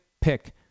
pick